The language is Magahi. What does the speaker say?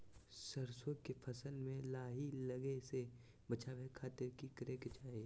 सरसों के फसल में लाही लगे से बचावे खातिर की करे के चाही?